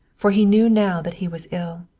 for he knew now that he was ill.